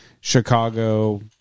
Chicago